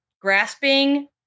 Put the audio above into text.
grasping